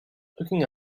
looking